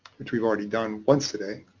which we've already done once today.